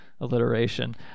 alliteration